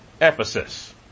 Ephesus